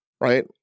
right